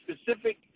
specific